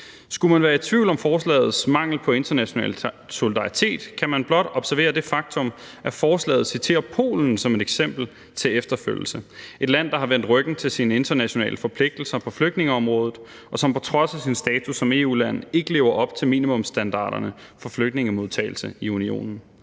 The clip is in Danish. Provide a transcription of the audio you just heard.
Skulle man være i tvivl om forslagets mangel på international solidaritet, kan man blot observere det faktum, at forslaget citerer Polen som et eksempel til efterfølgelse – et land, der har vendt ryggen til sine internationale forpligtelser på flygtningeområdet, og som på trods af sin status som EU-land ikke lever op til minimumsstandarderne for flygtningemodtagelse i Unionen.